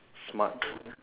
smart